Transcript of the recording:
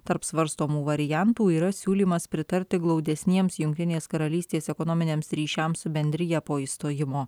tarp svarstomų variantų yra siūlymas pritarti glaudesniems jungtinės karalystės ekonominiams ryšiams su bendrija po išstojimo